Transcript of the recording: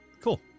cool